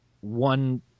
one